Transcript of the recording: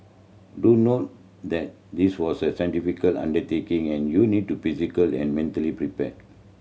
do note that this walk is a significant undertaking and you need to physical and mentally prepared